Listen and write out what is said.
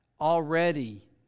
already